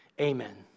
Amen